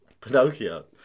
Pinocchio